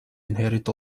inherit